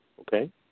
okay